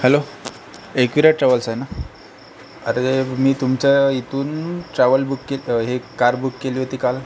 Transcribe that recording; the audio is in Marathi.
हॅलो एकविरा ट्रॅव्हल्स आहे ना अरे मी तुमच्या इथून ट्रॅव्हल बुक के हे कार बुक केली होती काल